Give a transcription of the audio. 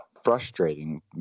frustrating